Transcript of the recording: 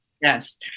Yes